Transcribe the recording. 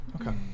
okay